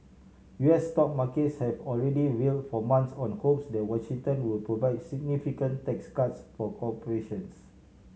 U S stock markets have already real for months on hopes that Washington would provide significant tax cuts for corporations